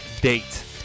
date